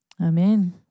Amen